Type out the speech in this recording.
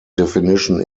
definition